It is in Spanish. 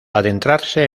adentrarse